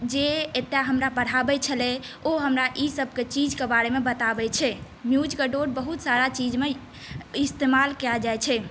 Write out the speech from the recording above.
जे एतऽ हमरा पढ़ाबै छलै ओ हमरा ई सभ चीजकेँ बारेमे बताबै छै मुजिकेँ डोर बहुत सारा चीजमे इस्तेमाल कयल जाइत छै